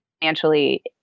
financially